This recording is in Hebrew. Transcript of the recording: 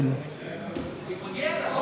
כי מגיע לה.